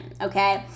Okay